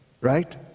Right